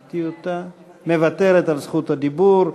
ראיתי אותה, מוותרת על זכות הדיבור.